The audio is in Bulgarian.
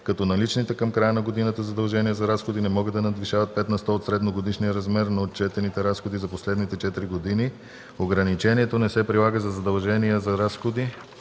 като наличните към края на годината задължения за разходи не могат да надвишават 5 на сто от средногодишния размер на отчетените разходи за последните четири години; ограничението не се прилага за задължения за разходи,